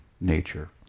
nature